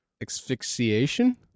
Asphyxiation